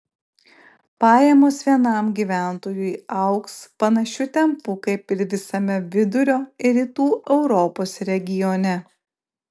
pajamos vienam gyventojui augs panašiu tempu kaip ir visame vidurio ir rytų europos regione